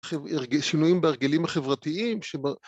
שינויים בהרגלים החברתיים